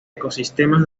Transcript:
ecosistemas